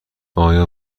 آیا